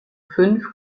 fünf